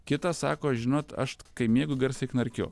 kitas sako žinot aš tkai miegu garsiai knarkiu